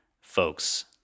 folks